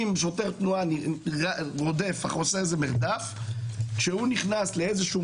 אם שוטר תנועה רודף או עושה מרדף אז יש מקומות